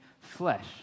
flesh